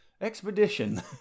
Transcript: expedition